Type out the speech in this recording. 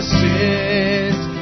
sins